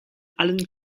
allen